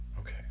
Okay